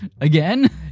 again